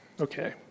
okay